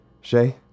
Shay